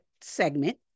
segment